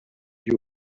you